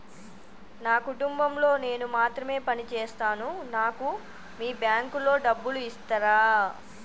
నా కుటుంబం లో నేను మాత్రమే పని చేస్తాను నాకు మీ బ్యాంకు లో డబ్బులు ఇస్తరా?